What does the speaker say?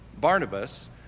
Barnabas